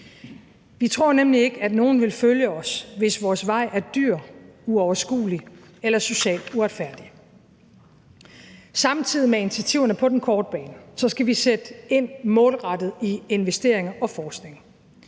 Vi tror nemlig ikke, at nogen vil følge os, hvis vores vej er dyr, uoverskuelig og socialt uretfærdig. Samtidig med initiativerne på den korte bane skal vi sætte målrettet ind med investeringer i forskning.